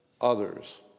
others